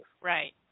Right